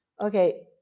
Okay